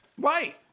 Right